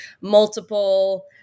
multiple